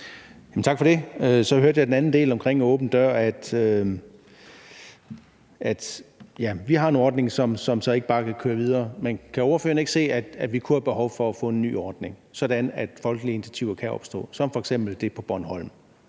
Tak for det. Så hørte jeg det andet om åben dør-ordningen, nemlig at vi har en ordning, som ikke bare kan køre videre. Men kan ordføreren ikke se, at vi kunne have behov for at få en ny ordning, sådan at folkelige initiativer kan opstå? Det kan f.eks. være tiltag som det på Bornholm,